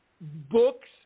books